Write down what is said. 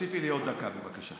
תוסיפי לי עוד דקה, בבקשה.